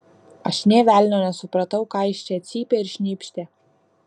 aš nė velnio nesupratau ką jis čia cypė ir šnypštė